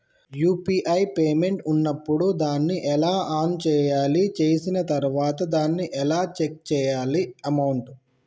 UPI payment ఉన్నప్పుడు దాన్ని ఎలా ఆన్ చేయాలి? చేసిన తర్వాత దాన్ని ఎలా చెక్ చేయాలి అమౌంట్?